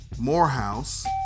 Morehouse